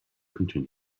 continued